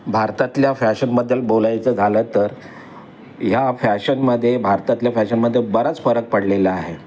भारतातल्या फॅशनबद्दल बोलायचं झालं तर ह्या फॅशनमध्ये भारतातल्या फॅशनमध्ये बराच फरक पडलेला आहे